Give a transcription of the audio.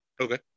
Okay